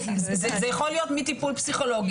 זה יכול להיות מטיפול פסיכולוגי,